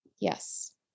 Yes